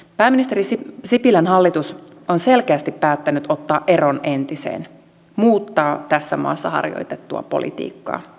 pääministeri sipilän hallitus on selkeästi päättänyt ottaa eron entiseen muuttaa tässä maassa harjoitettua politiikkaa